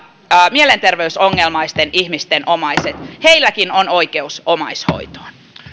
mielenterveysongelmaisten ihmisten omaiset heilläkin on oikeus omaishoitoon